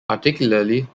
particularly